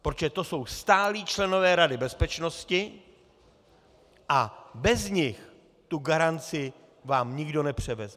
Protože to jsou stálí členové Rady bezpečnosti a bez nich tu garanci vám nikdo nepřevzeme.